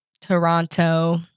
Toronto